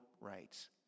rights